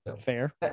fair